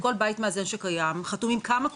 מאזן שקיים חתומים כמה קופות.